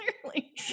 Clearly